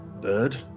bird